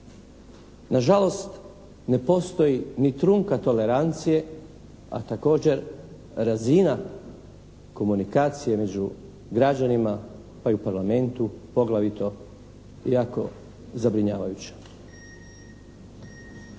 Na žalost ne postoji ni trunka tolerancije, a također razina komunikacije među građanima pa i u Parlamentu, poglavito jako zabrinjavajuća.